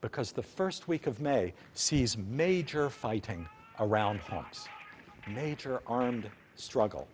because the first week of may sees major fighting around homs nature armed struggle